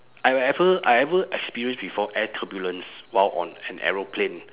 I will ever I ever experience before air turbulence while on an aeroplane